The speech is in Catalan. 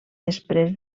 després